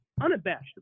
unabashed